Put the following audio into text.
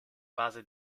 base